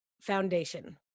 foundation